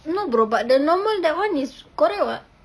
no bro but the normal that one is correct [what]